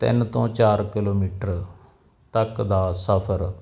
ਤਿੰਨ ਤੋਂ ਚਾਰ ਕਿਲੋਮੀਟਰ ਤੱਕ ਦਾ ਸਫਰ